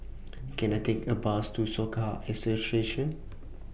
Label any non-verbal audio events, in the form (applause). (noise) Can I Take A Bus to Soka Association